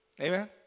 Amen